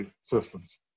systems